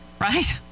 right